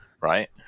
right